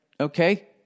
okay